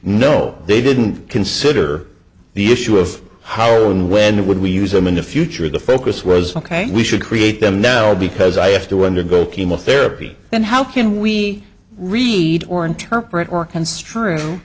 no they didn't consider the issue of how and when would we use them in the future the focus was ok we should create them now because i have to undergo chemotherapy then how can we read or interpret or construe